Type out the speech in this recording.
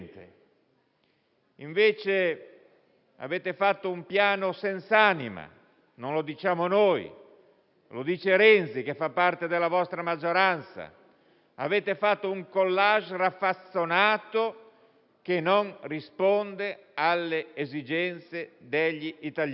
Invece, avete fatto un piano senza anima. Non lo diciamo noi, ma Renzi, che fa parte della vostra maggioranza. Avete fatto un *collage* raffazzonato, che non risponde alle esigenze degli italiani.